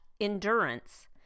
endurance